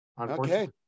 Okay